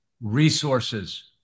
resources